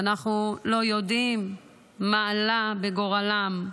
ואנחנו לא יודעים מה עלה בגורלם.